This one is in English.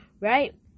Right